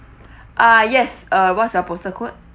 ah yes uh what's your postal code